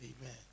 Amen